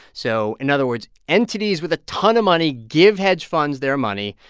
so in other words, entities with a ton of money give hedge funds their money,